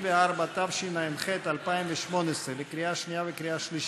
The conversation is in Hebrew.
ארגוני הפשע האלה אחראים כמעט ל-60% ממקרי הרצח.